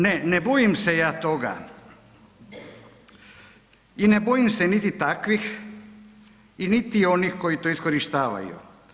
Ne, ne bojim se ja toga i ne bojim se niti takvih i niti onih koji to iskorištavaju.